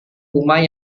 rumah